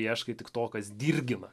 ieškai tik to kas dirgina